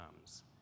comes